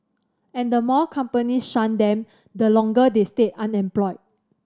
and the more companies shun them the longer they stay unemployed